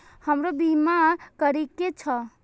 हमरो बीमा करीके छः?